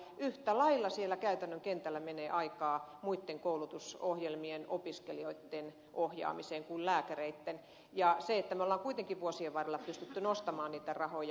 yhtä lailla siellä käytännön kentällä menee aikaa muiden koulutusohjelmien opiskelijoiden ohjaamiseen kuin lääkäreiden ja kuitenkin on vuosien varrella pystytty nostamaan niitä rahoja